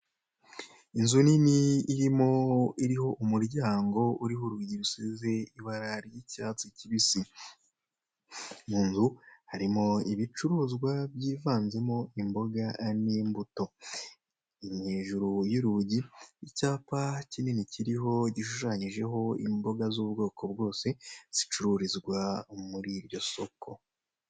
Inzu nini iriho umuryango uriho urugi rusize ibara ry'icyatsi kibisi. Mu nzu harimo ibicuruzwa by'ivanzemo imboga n'imbuto. Hejuru y'urugi icyapa kinini kiriho gishushanyijeho imboga z'ubwoko bwose zicururizwa muri iryo soko.